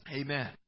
Amen